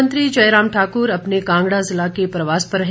मुख्यमंत्री जयराम ठाक्र अपने कांगड़ा जिला के प्रवास पर हैं